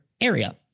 area